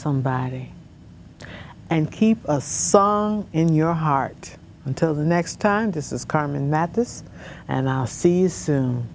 somebody and keep song in your heart until the next time this is carmen that this and i'll see as soon